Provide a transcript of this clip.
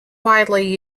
widely